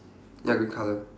ya green colour